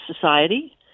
society